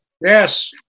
Yes